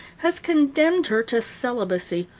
has condemned her to celibacy,